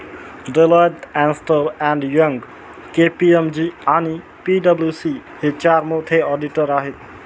Deloitte, अस्न्टर and Young, KPMG आणि पी.डब्ल्यू.सी हे चार मोठे ऑडिटर आहेत